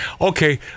Okay